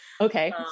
Okay